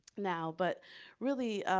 now. but really,